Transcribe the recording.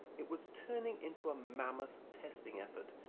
it was turning into a mammoth testing effort,